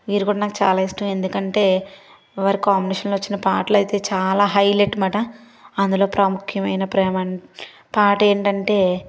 వీరు కూడా నాకు చాలా ఇష్టం ఎందుకంటే వారి కాంబినేషన్లో వచ్చిన పాటలైతే చాలా హైలైట్ మాట అందులో ప్రాముఖ్యమైన ప్రేమ పాట ఏంటంటే